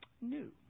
new